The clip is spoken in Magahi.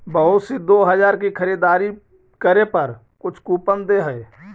बहुत सी दो हजार की खरीदारी करे पर कुछ कूपन दे हई